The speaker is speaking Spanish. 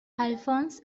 alphonse